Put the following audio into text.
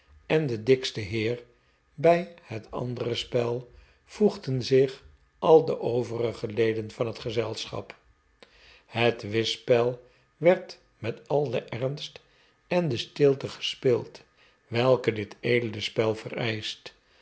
en de dikste heer bij het andere spel voegden zich al de overige leden van hetgezelschap het whistspel werd met al den ernst en de stilte gespeeld welke dit edele spel vereischt